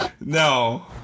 no